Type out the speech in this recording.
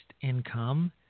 income